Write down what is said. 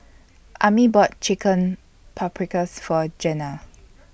Ammie bought Chicken Paprikas For Zena